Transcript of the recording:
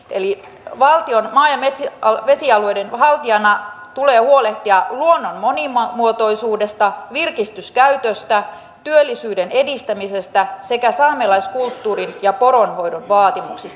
eli valtion maa ja vesialueiden haltijana tulee huolehtia luonnon monimuotoisuudesta virkistyskäytöstä työllisyyden edistämisestä sekä saamelaiskulttuurin ja poronhoidon vaatimuksista